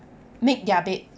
make their bed